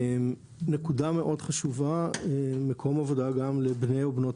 נקודה מאוד חשובה: מקום עבודה גם לבני ובנות